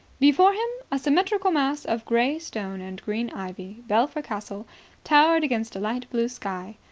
before him, a symmetrical mass of grey stone and green ivy, belpher castle towered against a light blue sky.